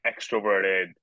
extroverted